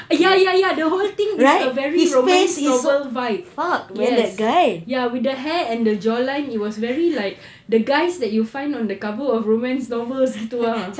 ya ya ya the whole thing is a very romance novel vibe yes ya with the hair and the jawline it's very like the guys that you find on the cover of romance novel gitu ah